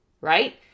right